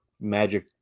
magic